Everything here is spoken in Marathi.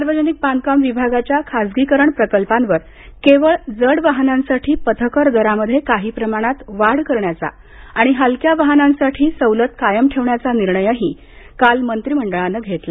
सार्वजनिक बांधकाम विभागाच्या खासगीकरण प्रकल्पांवर केवळ जड वाहनांसाठी पथकर दरामध्ये काही प्रमाणात वाढ करण्याचा आणि हलक्या वाहनांसाठी सवलत कायम ठेवण्याचा निर्णयही काल मंत्रिमंडळानं घेतला